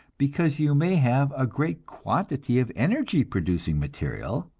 because you may have a great quantity of energy-producing material,